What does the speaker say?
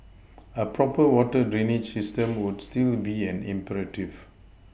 a proper water drainage system would still be an imperative